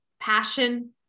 Passion